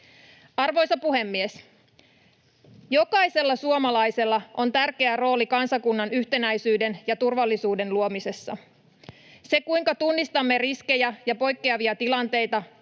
Arvoisa puhemies! Jokaisella suomalaisella on tärkeä rooli kansakunnan yhtenäisyyden ja turvallisuuden luomisessa. Se, kuinka tunnistamme riskejä ja poikkeavia tilanteita